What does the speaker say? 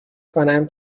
کنم